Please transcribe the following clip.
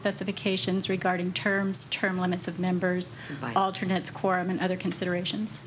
specifications regarding terms term limits of members by alter net's quorum and other considerations